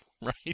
Right